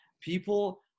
people